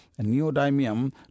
neodymium